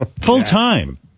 Full-time